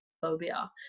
phobia